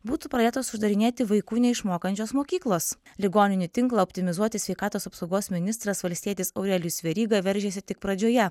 būtų pradėtos uždarinėti vaikų neišmokančios mokyklos ligoninių tinklo optimizuoti sveikatos apsaugos ministras valstietis aurelijus veryga veržėsi tik pradžioje